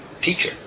teacher